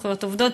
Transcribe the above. זכויות עובדות,